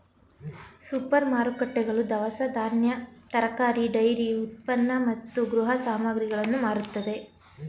super ಮಾರುಕಟ್ಟೆಗಳು ದವಸ ಧಾನ್ಯ, ತರಕಾರಿ, ಡೈರಿ ಉತ್ಪನ್ನ ಮತ್ತು ಗೃಹ ಸಾಮಗ್ರಿಗಳನ್ನು ಮಾರುತ್ತವೆ